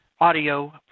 audio